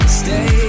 stay